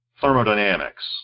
thermodynamics